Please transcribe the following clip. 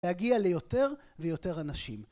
להגיע ליותר ויותר אנשים.